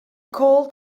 cold